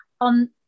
on